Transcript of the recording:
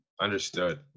Understood